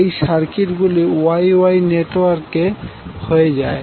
এই সার্কিট গুলি Y Y network হয়ে যায়